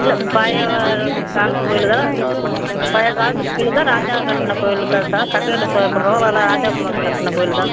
இல்லை பழைய காலத்துக் கோவிலு தான் பழைய காலத்துக் கோவிலு தான் ராஜா கட்டின கோவிலுக தான் கங்கை கொண்ட சோலபுரம் வரலா ராஜாமார் கட்டின கோவிலு தான்